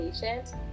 patient